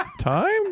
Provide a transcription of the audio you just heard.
time